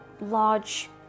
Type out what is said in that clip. large